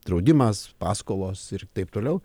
draudimas paskolos ir taip toliau